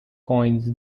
coins